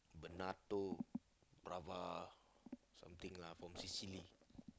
Bernato-Brava something lah from Sicily